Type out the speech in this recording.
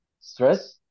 stress